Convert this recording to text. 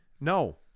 No